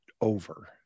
over